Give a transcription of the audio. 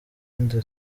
nde